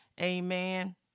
amen